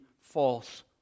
false